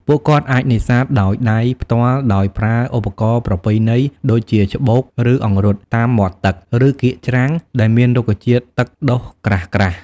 ពួកគាត់អាចនេសាទដោយដៃផ្ទាល់ដោយប្រើឧបករណ៍ប្រពៃណីដូចជាច្បូកឬអង្រុតតាមមាត់ទឹក ឬកៀកច្រាំងដែលមានរុក្ខជាតិទឹកដុះក្រាស់ៗ។